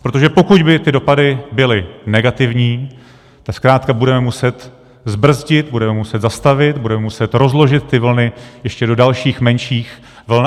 Protože pokud by ty dopady byly negativní, tak zkrátka budeme muset zbrzdit, budeme muset zastavit, budeme muset rozložit ty vlny ještě do dalších menších vln.